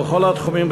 בכל התחומים,